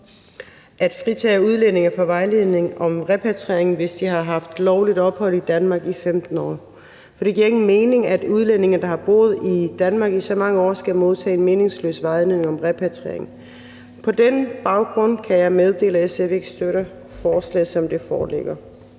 at fritage udlændinge for vejledning om repatriering, hvis de har haft lovligt ophold i Danmark i 15 år, for det giver ingen mening, at udlændinge, der har boet i Danmark i så mange år, skal modtage meningsløs vejledning om repatriering. På den baggrund kan jeg meddele, at SF ikke støtter forslaget, som det foreligger.